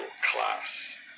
class